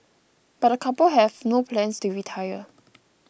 but the couple have no plans to retire